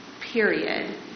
period